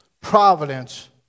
providence